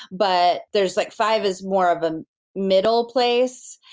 but there's like five is more of a middle place,